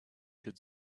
could